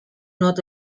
not